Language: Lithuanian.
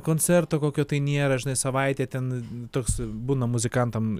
koncerto kokio tai nėra žinai savaitę ten toks būna muzikantam